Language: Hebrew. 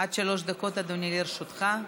עד שלוש דקות, אדוני, לרשותך.